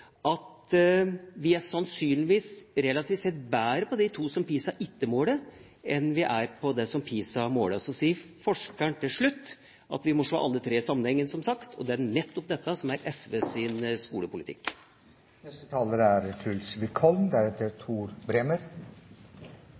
også at vi sannsynligvis er relativt sett bedre på de to områdene som PISA ikke måler, enn vi er på det PISA måler. Så sier forskeren til slutt at vi må se alle tre områdene i sammenheng, som sagt. Det er nettopp dette som er SVs skolepolitikk. Truls Wickholm